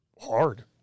hard